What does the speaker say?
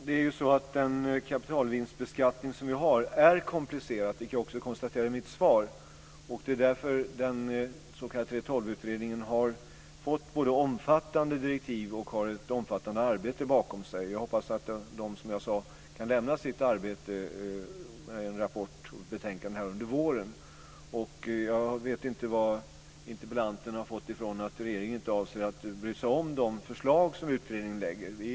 Fru talman! Den kapitalvinstbeskattning som vi har är komplicerad, vilket jag också konstaterade i mitt svar. Det är därför som den s.k. 3:12-utredningen har fått omfattande direktiv och har ett omfattande arbete bakom sig. Jag hoppas att den, som jag sade, kan lämna sitt arbete, en rapport och ett betänkande, under våren. Jag vet inte varifrån interpellanten har fått uppgiften att regeringen inte avser att bry sig om de förslag som utredningen lägger fram.